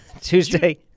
Tuesday